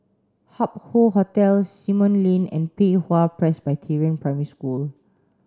Hup Hoe Hotel Simon Lane and Pei Hwa Presbyterian Primary School